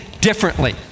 differently